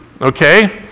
okay